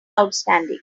outstanding